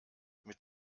mit